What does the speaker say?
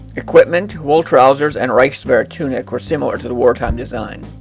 equipment, wool trousers and reichswehr tunic were similar to the wartime design.